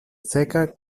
seka